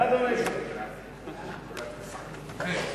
ההצעה להעביר את הנושא לוועדת הכספים נתקבלה.